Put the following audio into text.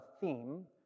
theme